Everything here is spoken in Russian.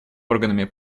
органами